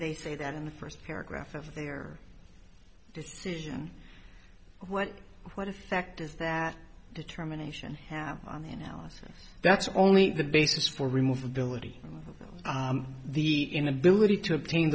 they say that in the first paragraph of their decision what what effect does that determination have on the analysis that's only the basis for remove the ability of the inability to obtain